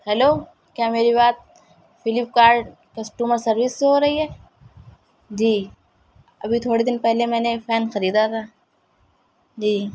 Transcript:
hello کیا میری بات فلپکارٹ کسٹمر سروس سے ہو رہی ہے جی ابھی تھوڑے دن پہلے میں نے ایک فین خریدا تھا جی